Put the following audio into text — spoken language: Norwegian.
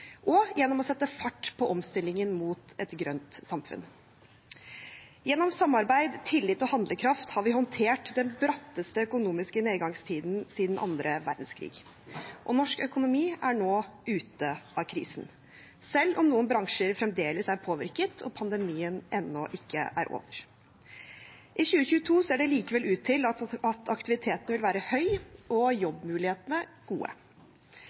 og gjennom å sette fart på omstillingen mot et grønt samfunn. Gjennom samarbeid, tillit og handlekraft har vi håndtert den bratteste økonomiske nedgangstiden siden annen verdenskrig, og norsk økonomi er nå ute av krisen, selv om noen bransjer fremdeles er påvirket og pandemien ennå ikke er over. I 2022 ser det likevel ut til at aktiviteten vil være høy og jobbmulighetene gode.